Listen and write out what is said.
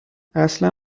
اصلا